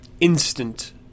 instant